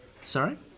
Sorry